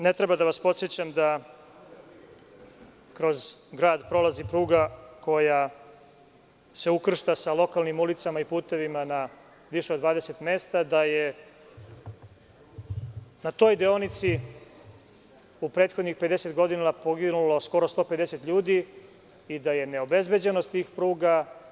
Ne treba da vas podsećam da kroz grad prolazi pruga koja se ukršta sa lokalnim ulicama i putevima na više od 20 mesta, da je na toj deonici u prethodnih 50 godina poginulo skoro 150 ljudi i da je neobezbeđenost tih pruga.